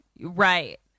Right